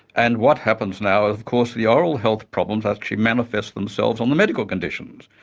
and what happens now is of course the oral health problems actually manifest themselves on the medical conditions.